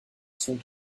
sont